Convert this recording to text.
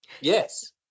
Yes